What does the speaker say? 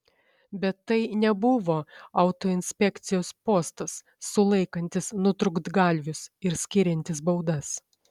bet tai nebuvo autoinspekcijos postas sulaikantis nutrūktgalvius ir skiriantis baudas